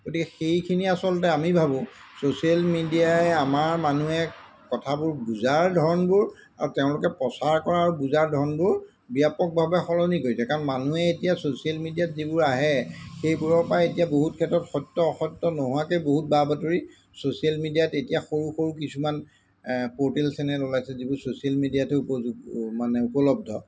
গতিকে সেইখিনি আচলতে আমি ভাবোঁ ছ'চিয়েল মিডিয়াই আমাৰ মানুহে কথাবোৰ বুজাৰ ধৰণবোৰ আৰু তেওঁলোকে প্ৰচাৰ কৰা আৰু বুজাৰ ধৰণবোৰ ব্যাপকভাৱে সলনি কৰিছে কাৰণ মানুহে এতিয়া ছ'চিয়েল মিডিয়াত যিবোৰ আহে সেইবোৰৰপৰা এতিয়া বহুত ক্ষেত্ৰত সত্য অসত্য নোহোৱাকৈ বহুত বা বাতৰি ছ'চিয়েল মিডিয়াত এতিয়া সৰু সৰু কিছুমান প'ৰ্টেল চেনেল ওলাইছে যিবোৰ ছ'চিয়েল মিডিয়াতে উপযোগ মানে উপলব্ধ